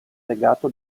legato